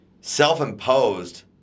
self-imposed